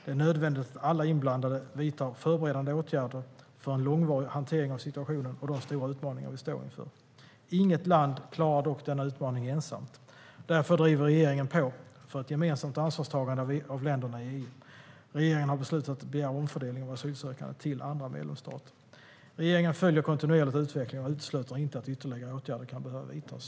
Det är nödvändigt att alla inblandade vidtar förberedande åtgärder för en långvarig hantering av situationen och de stora utmaningar vi står inför. Inget land klarar dock denna utmaning ensamt. Därför driver regeringen på för ett gemensamt ansvarstagande av länderna i EU. Regeringen har beslutat att begära omfördelning av asylsökande till andra medlemsstater. Regeringen följer kontinuerligt utvecklingen och utesluter inte att ytterligare åtgärder kan behöva vidtas.